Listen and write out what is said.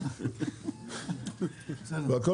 והכול